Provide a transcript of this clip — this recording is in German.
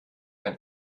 ein